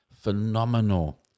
phenomenal